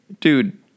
Dude